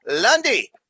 Lundy